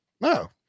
No